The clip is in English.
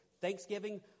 thanksgiving